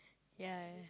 ya ya